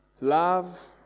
love